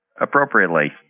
appropriately